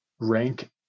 rank